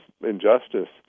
injustice